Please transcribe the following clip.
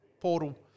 portal